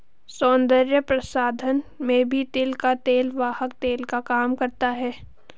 सौन्दर्य प्रसाधन में भी तिल का तेल वाहक तेल का काम करता है